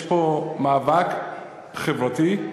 יש פה מאבק חברתי,